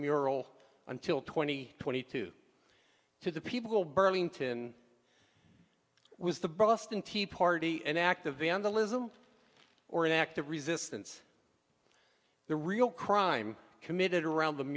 mural until twenty twenty two to the people burlington was the boston tea party an act of vandalism or an act of resistance the real crime committed around the